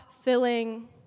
filling